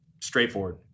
straightforward